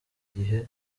gihe